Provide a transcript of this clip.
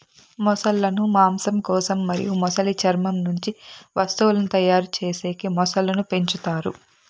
మొసళ్ళ ను మాంసం కోసం మరియు మొసలి చర్మం నుంచి వస్తువులను తయారు చేసేకి మొసళ్ళను పెంచుతారు